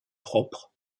propre